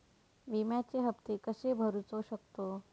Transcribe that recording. विम्याचे हप्ते कसे भरूचो शकतो?